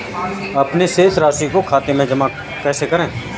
अपने शेष राशि को खाते में जमा कैसे करें?